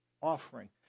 offering